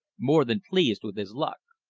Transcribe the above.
more than pleased with his luck.